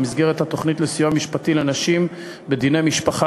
במסגרת התוכנית לסיוע משפטי לנשים בדיני משפחה,